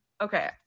Okay